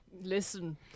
listen